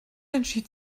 entschied